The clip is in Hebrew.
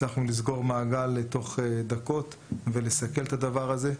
הצלחנו לסגור מעגל תוך דקות ולסכל את הדבר הזה.